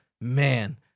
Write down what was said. man